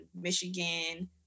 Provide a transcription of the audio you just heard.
Michigan